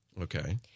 Okay